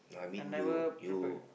I never prepare